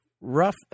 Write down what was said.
rough